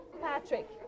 Patrick